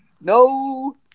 no